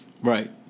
Right